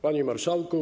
Panie Marszałku!